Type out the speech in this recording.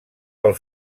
pel